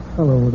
Hello